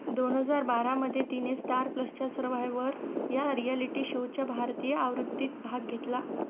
दोन हजार बारामध्ये तिने स्टार प्लसच्या सरव्हायवर या रियालिटी शोच्या भारतीय आवृत्तीत भाग घेतला